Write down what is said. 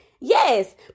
Yes